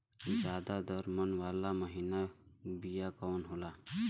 ज्यादा दर मन वाला महीन बिया कवन होला?